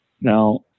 Now